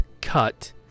cut